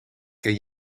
ken